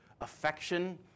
affection